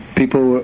people